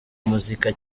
muzika